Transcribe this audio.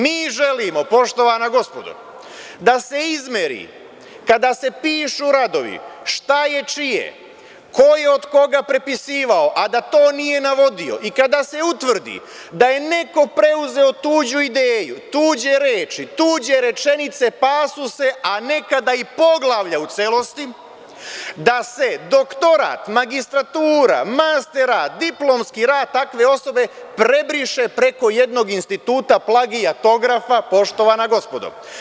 Mi želimo, poštovana gospodo, da se izmeri kada se pišu radovi šta je čije, ko je od koga prepisivao, a da to nije navodio i kada se utvrdi da je neko preuzeo tuđu ideju, tuđe reči, tuđe rečenice, pasuse, a nekada i poglavlja u celosti, da se doktorat, magistratura, master rad, diplomski rad takve osobe prebriše preko jednog instituta plagijatografa, poštovana gospodo.